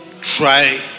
try